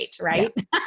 right